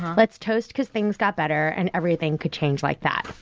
let's toast cause things got better. and everything could change like that.